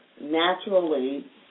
naturally